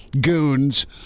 goons